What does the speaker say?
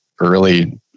early